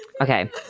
okay